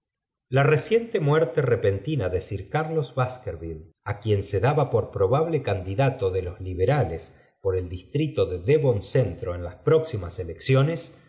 la reciente muerte repentina de sir carlos baserville á quien se daba por probable candidato e los liberales por el distrito de devon centro n las próximas elecciones